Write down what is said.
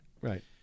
right